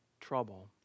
trouble